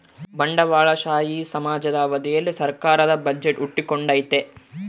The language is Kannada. ಬಂಡವಾಳಶಾಹಿ ಸಮಾಜದ ಅವಧಿಯಲ್ಲಿ ಸರ್ಕಾರದ ಬಜೆಟ್ ಹುಟ್ಟಿಕೊಂಡೈತೆ